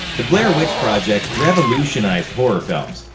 the blair witch project revolutionized horror films.